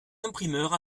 imprimeurs